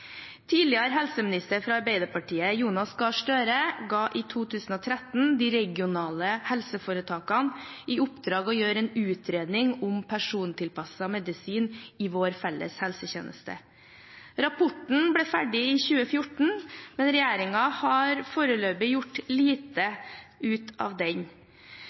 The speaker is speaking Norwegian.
Tidligere helseminister fra Arbeiderpartiet Jonas Gahr Støre ga i 2013 de regionale helseforetakene i oppdrag å gjøre en utredning om persontilpasset medisin i vår felles helsetjeneste. Rapporten ble ferdig i 2014, men regjeringen har foreløpig gjort lite ut av den.